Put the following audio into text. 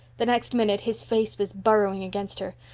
the next minute his face was burrowing against her.